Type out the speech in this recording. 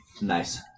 Nice